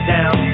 Down